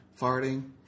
farting